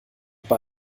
bei